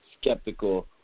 skeptical